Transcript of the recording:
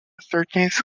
curtains